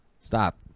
Stop